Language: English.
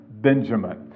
Benjamin